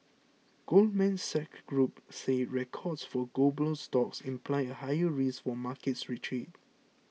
Goldman Sachs Group says records for global stocks imply a higher risk for a market retreat